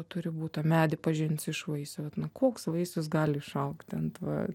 turi būt tą medį pažinsiu iš vaisių vat nu koks vaisius gali išaugti ant va